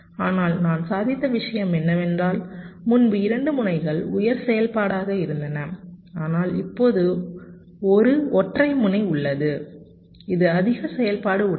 ஆனால் நான் சாதித்த விஷயம் என்னவென்றால் முன்பு 2 முனைகள் உயர் செயல்பாடாக இருந்தன ஆனால் இப்போது ஒரு ஒற்றை முனை உள்ளது இது அதிக செயல்பாடு உடையது